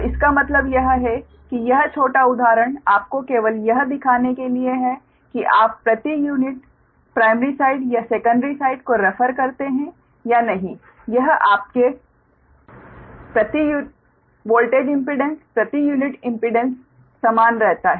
तो इसका मतलब यह है कि यह छोटा उदाहरण आपको केवल यह दिखाने के लिए है कि आप प्रति यूनिट प्राइमरी साइड या सेकंडरी साइड को रेफर करते हैं या नहीं यह आपके वोल्टेज इम्पीडेंस प्रति यूनिट इम्पीडेंस समान रहता है